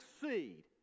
succeed